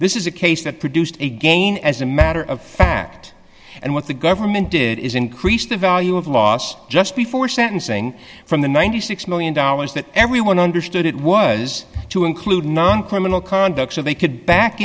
this is a case that produced a gain as a matter of fact and what the government did is increase the value of loss just before sentencing from the ninety six million dollars that everyone understood it was to include non criminal conduct so they could back